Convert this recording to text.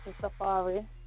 safari